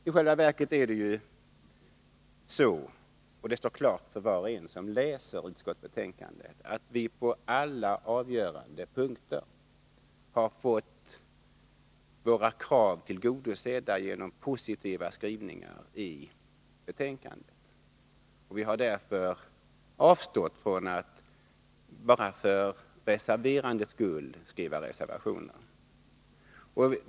I själva verket är det så — det står klart för var och en som läser betänkandet —att vi på alla avgörande punkter fått våra krav tillgodosedda genom positiva skrivningar i betänkandet. Vi har därför avstått från att för reserverandets egen skull avge reservationer.